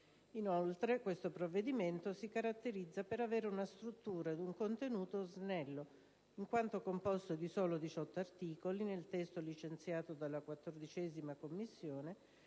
Inoltre, questo provvedimento si caratterizza per avere una struttura ed un contenuto snelli, in quanto è composto da soli 18 articoli nel testo licenziato dalla 14a Commissione,